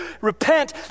repent